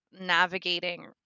navigating